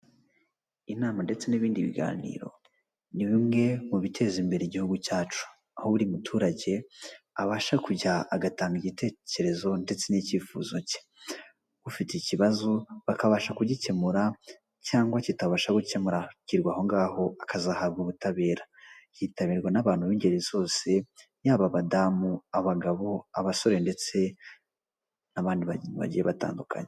Inama ndetse n'ibindi biganiro ni bimwe mu biteza imbere igihugu cyacu, aho buri muturage abasha kujya agatanga igitekerezo ndetse n'icyifuzo cye ufite ikibazo bakabasha kugikemura cyangwa kitabasha gukemukirwa aho ngaho akazahabwa ubutabera, yitabirwa n'abantu b'ingeri zose yaba abadamu abagabo abasore ndetse n'abandi bagiye batandukanye.